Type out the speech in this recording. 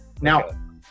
now